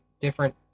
different